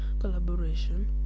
collaboration